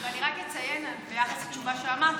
אני רק אציין, ביחס לתשובה שאמרת,